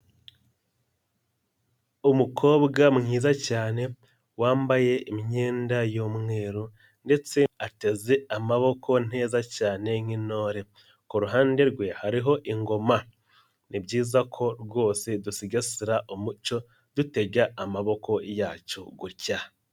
Umukobwa mwiza cyane wambaye imyenda y'umweru ndetse ateze amaboko neza cyane nk'intore, ku ruhande rwe hariho ingoma, ni byiza ko rwose dusigasira umuco dutega amaboko yacu gutya.